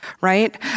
Right